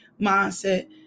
mindset